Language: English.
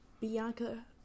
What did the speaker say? Bianca